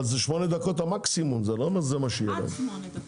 זה מקסימום שמונה דקות.